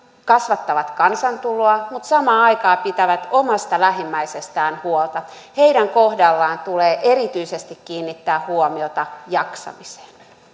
kasvattavat kansantuloa mutta samaan aikaan pitävät omasta lähimmäisestään huolta heidän kohdallaan tulee erityisesti kiinnittää huomiota jaksamiseen